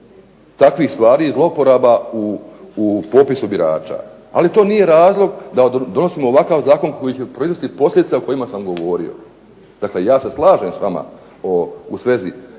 takvih stvari i zlouporaba u popisu birača. Ali to nije razlog da donosimo ovakav zakon koji će proizvesti posljedice o kojima sam govorio. Dakle, ja se slažem s vama u svezi